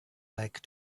like